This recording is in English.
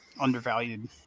undervalued